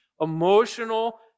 emotional